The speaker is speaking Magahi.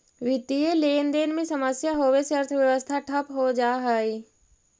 वित्तीय लेनदेन में समस्या होवे से अर्थव्यवस्था ठप हो जा हई